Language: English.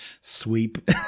sweep